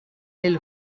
lil